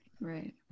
Right